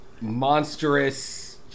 Monstrous